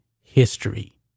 history